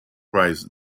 price